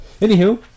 Anywho